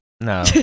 no